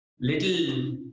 little